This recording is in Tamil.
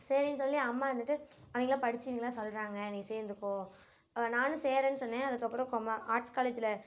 சரின்னு சொல்லி அம்மா வந்துட்டு அவங்கெல்லாம் படிச்சவங்கலாம் சொல்கிறாங்க நீ சேர்ந்துக்கோ நானும் சேருறேன் சொன்னேன் அதுக்கப்புறம் கொமா ஆர்ட்ஸ் காலேஜில்